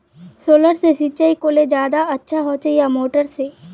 Solar से सिंचाई करले ज्यादा अच्छा होचे या मोटर से?